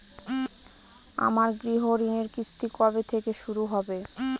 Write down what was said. আমার গৃহঋণের কিস্তি কবে থেকে শুরু হবে?